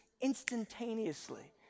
instantaneously